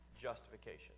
justification